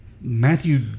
Matthew